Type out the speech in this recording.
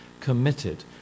committed